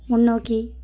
முன்னோக்கி